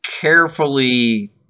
carefully